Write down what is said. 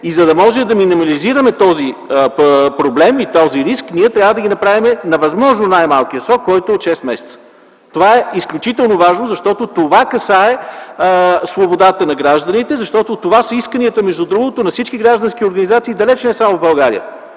За да можем да минимализираме този проблем и риск, ние трябва да направим възможно най-малкия срок, който да е от 6 месеца. Това е изключително важно, защото касае свободата на гражданите. Това са исканията, между другото, на всички граждански организации, далече не само в България.